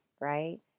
right